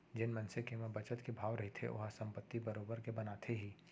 जेन मनसे के म बचत के भाव रहिथे ओहा संपत्ति बरोबर के बनाथे ही